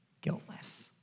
guiltless